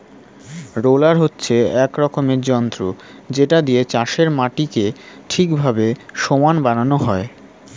roller হচ্ছে এক রকমের যন্ত্র যেটা দিয়ে চাষের মাটিকে ঠিকভাবে সমান বানানো হয়